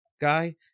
guy